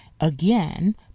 again